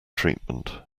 treatment